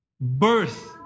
birth